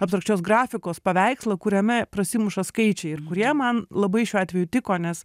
absoliučios grafikos paveikslą kuriame prasimuša skaičiai ir kurie man labai šiuo atveju tiko nes